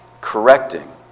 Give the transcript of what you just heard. correcting